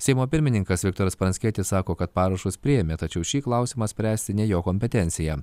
seimo pirmininkas viktoras pranckietis sako kad parašus priėmė tačiau šį klausimą spręsti ne jo kompetencija